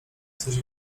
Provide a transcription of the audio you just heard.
coś